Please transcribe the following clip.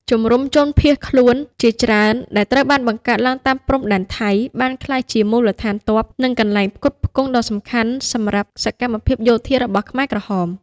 ជំរុំជនភៀសខ្លួនជាច្រើនដែលត្រូវបានបង្កើតឡើងនៅតាមព្រំដែនថៃ បានក្លាយជាមូលដ្ឋានទ័ព និងកន្លែងផ្គត់ផ្គង់ដ៏សំខាន់សម្រាប់សកម្មភាពយោធារបស់ខ្មែរក្រហម។